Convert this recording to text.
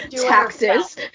Taxes